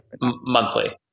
Monthly